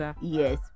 yes